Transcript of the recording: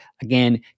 again